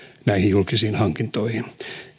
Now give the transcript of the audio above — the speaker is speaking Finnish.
näihin julkisiin hankintoihin